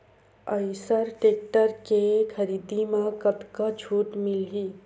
Eicher tractor के खरीदी म कतका छूट मिलही?